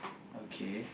okay